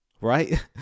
Right